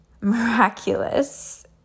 miraculous